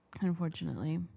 Unfortunately